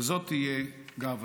וזאת תהיה גאוותנו.